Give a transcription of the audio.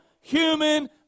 human